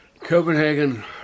Copenhagen